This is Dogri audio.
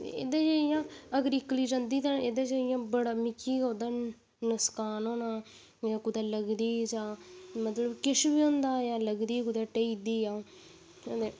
ऐह्दे च इ'यां अगर इक्कली जदीं तां इ'यां मिगी बड़ा उस दिन नुक्सान होना हा कुतै लगदी जां मतलब किश बी होंदा लगदी कुतै ढेई जदीं तां